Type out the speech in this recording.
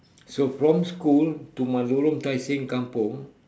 so from school to my lorong tai seng kampung